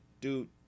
dude